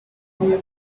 country